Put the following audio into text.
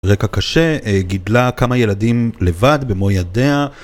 רקע קשה, גידלה כמה ילדים לבד במו ידיה